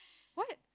what